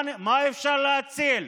מה אפשר להציל?